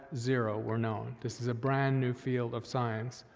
zero were known. this is a brand-new field of science.